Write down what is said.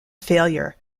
failure